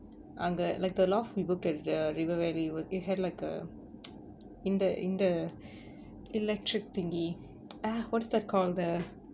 அங்க:anga like the loft we booked at the the river valley w~ it had like a in the in the electric thingy ah what's that called the